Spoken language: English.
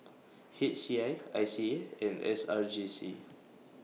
H C I I C A and S R J C